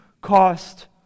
cost